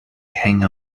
hang